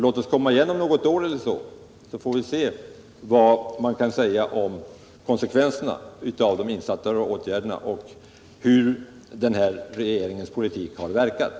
Låt oss komma igen om något år, så får vi se vad vi kan säga om konsekvenserna av de insatta åtgärderna. Då kan man bedöma hur den här regeringens politik har verkat.